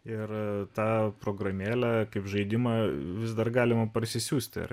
ir tą programėlę kaip žaidimą vis dar galima parsisiųsti ar